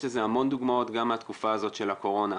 יש לזה המון דוגמאות גם מהתקופה הזאת של הקורונה.